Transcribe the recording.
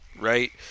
right